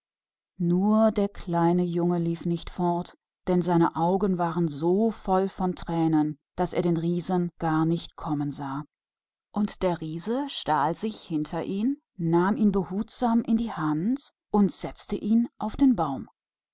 bloß der kleine junge lief nicht weg denn seine augen waren so voll tränen daß er den riesen nicht kommen sah und der riese kam leise hinter ihm heran nahm ihn zärtlich auf seine hand und setzte ihn hinauf in den baum